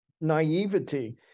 naivety